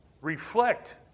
reflect